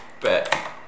Bet